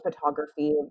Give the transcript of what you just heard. photography